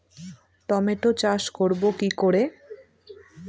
Tomato চাষ করব কি করে?